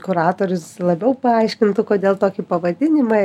kuratorius labiau paaiškintų kodėl tokį pavadinimą